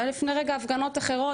לפני רגע היו הפגנות אחרות,